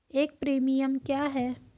एक प्रीमियम क्या है?